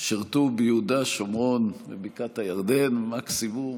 שירתו ביהודה, שומרון ובקעת הירדן, מקסימום.